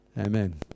Amen